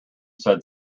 said